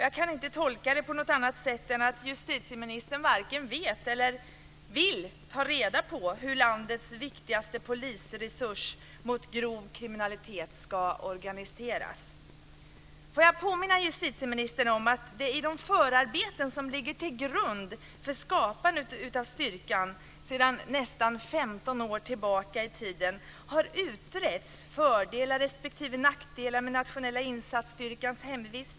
Jag kan inte tolka detta på annat sätt än att justitieministern varken vet eller vill ta reda på hur landets viktigaste polisresurs mot grov kriminalitet ska organiseras. Får jag påminna justitieministern om att i de förarbeten som gjordes för nästan 15 år sedan, och som låg till grund för skapandet av styrkan, utreddes fördelar respektive nackdelar med Nationella insatsstyrkans hemvist.